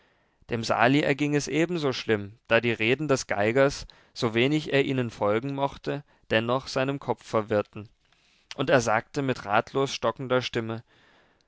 dem sali erging es ebenso schlimm da die reden des geigers so wenig er ihnen folgen mochte dennoch seinen kopf verwirrten und er sagte mit ratlos stockender stimme